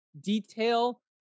detail